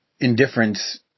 Indifference